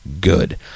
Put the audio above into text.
Good